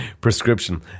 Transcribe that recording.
prescription